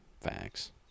Facts